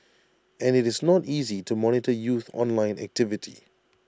and IT is not easy to monitor youth online activity